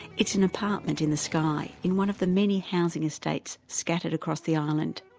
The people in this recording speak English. it's an apartment in the sky, in one of the many housing estates scattered across the island.